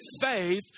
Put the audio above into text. faith